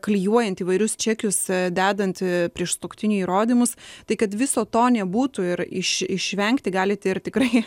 klijuojant įvairius čekius dedanti prieš sutuoktinį įrodymus tai kad viso to nebūtų ir iš išvengti galit ir tikrai